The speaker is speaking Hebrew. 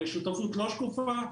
לשותפות לא שקופה,